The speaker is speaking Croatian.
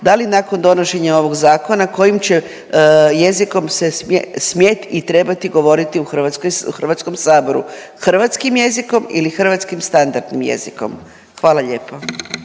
da li nakon donošenja ovog zakona kojim će jezikom se smjeti i trebati govoriti u Hrvatskom saboru hrvatskim jezikom ili hrvatskim standardnim jezikom. Hvala lijepo.